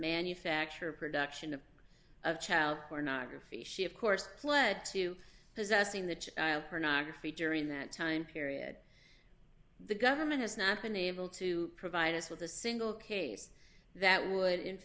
manufacture production of of child pornography she of course pled to possessing the child pornography during that time period the government has not been able to provide us with a single case that would in